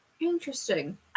Interesting